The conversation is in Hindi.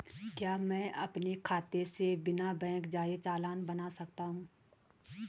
क्या मैं अपने खाते से बिना बैंक जाए चालान बना सकता हूँ?